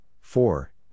four